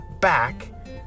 back